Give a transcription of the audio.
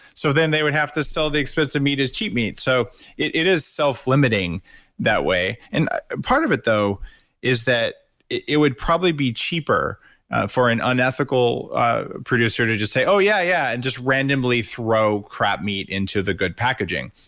so then they would have to sell the expensive meat as cheap meat. so it it is selflimiting that way. and part of it though is that it would probably be cheaper for an unethical producer to to say oh yeah, yeah and randomly throw crap meat into the good packaging,